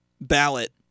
ballot